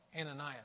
Ananias